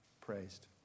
praised